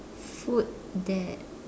food that